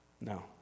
No